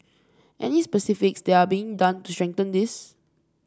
any specifics that are being done to strengthen this